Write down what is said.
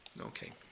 Okay